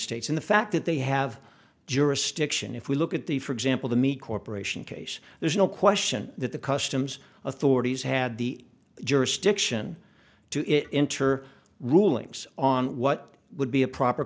states and the fact that they have jurisdiction if we look at the for example the meat corporation case there's no question that the customs authorities had the jurisdiction to it inter rulings on what would be a proper